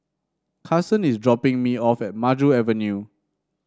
Carsen is dropping me off at Maju Avenue